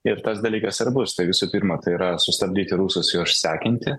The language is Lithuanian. ir tas dalykas svarbus tai visų pirma tai yra sustabdyti rusus juos išsekinti